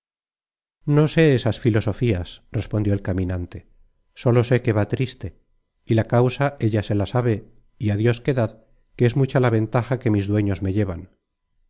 no sé esas filosofias respondió el caminante sólo sé que va triste y la causa ella se la sabe y adios quedad que es mucha la ventaja que mis dueños me llevan